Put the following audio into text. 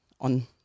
on